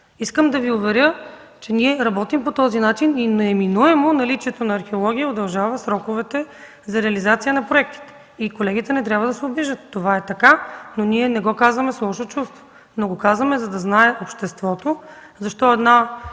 Искам да Ви уверя, че ние работим по този начин и неминуемо наличието на археология удължава сроковете за реализация на проектите. Колегите не трябва да се обиждат – това е така, но ние не го казваме с лошо чувство. Казваме го, за да знае обществото защо една